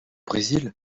brésil